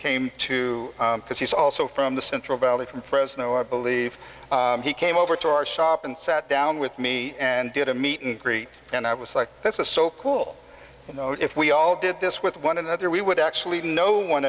came to because he's also from the central valley from fresno i believe he came over to our shop and sat down with me and did a meet and greet and i was like that's a so cool you know if we all did this with one another we would actually know one